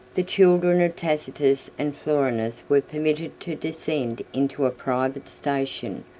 the children of tacitus and florianus were permitted to descend into a private station,